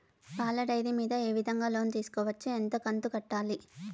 పాల డైరీ మీద ఏ విధంగా లోను తీసుకోవచ్చు? ఎంత కంతు కట్టాలి?